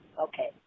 okay